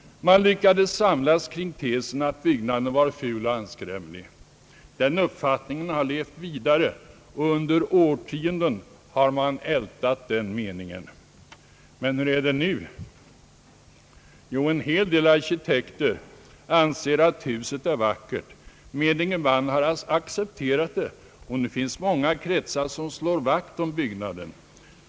Man lyckades samlas kring tesen att byggnaden var ful och anskrämlig. Den uppfattningen har ju levt vidare, och under årtionden har man ältat den meningen. Men hur är det nu? Jo, en hel del arkitekter anser att huset är vackert. Gemene man har accepterat det, och nu finns det många kretsar som slår vakt om byggnaden.